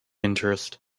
interest